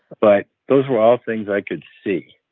but those were all things i could see,